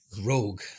rogue